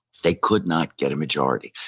they could not get a majority.